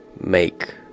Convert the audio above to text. make